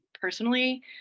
personally